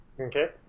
Okay